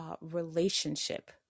relationship